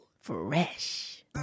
fresh